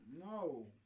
No